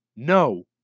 No